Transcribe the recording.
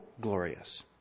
glorious